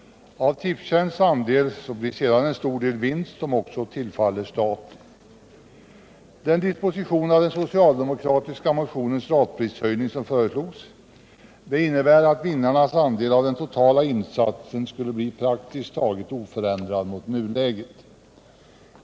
Av Tipstjänsts andel blir en stor del vinst som också tillfaller staten. föreslogs innebär att vinnarnas andel av den totala insatsen skulle bli praktiskt taget oförändrad mot nuläget.